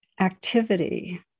activity